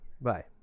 Bye